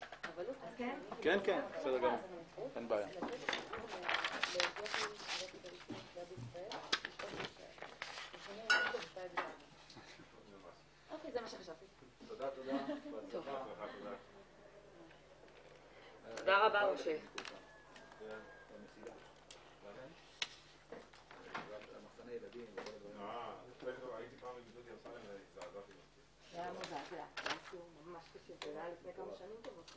10:35.